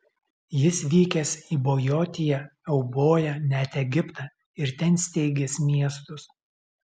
jis vykęs į bojotiją euboją net egiptą ir ten steigęs miestus